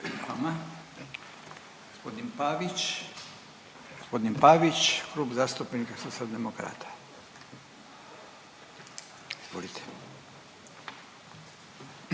vama. Gospodin Pavić, Klub zastupnika Socijaldemokrata. Izvolite.